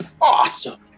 Awesome